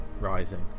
rising